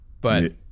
but-